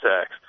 tax